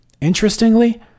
Interestingly